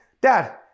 Dad